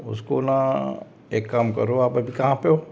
उसको ना एक काम करो आप अभी कहाँ पे हो